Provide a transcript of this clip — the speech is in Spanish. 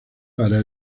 para